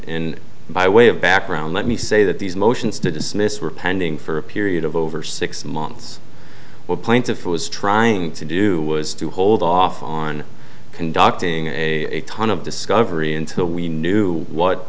in by way of background let me say that these motions to dismiss were pending for a period of over six months or plaintiff was trying to do was to hold off on conducting a ton of discovery until we knew what